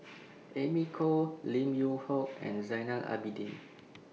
Amy Khor Lim Yew Hock and Zainal Abidin